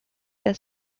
der